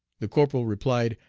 the corporal replied,